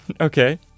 okay